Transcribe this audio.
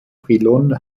brilon